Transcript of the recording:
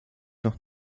noch